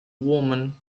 women